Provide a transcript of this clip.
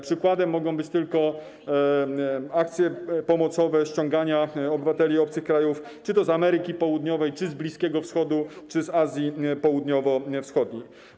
Przykładem mogą być akcje pomocowe ściągania obywateli obcych krajów czy to z Ameryki Południowej, czy z Bliskiego Wchodu, czy z Azji Południowo-Wschodniej.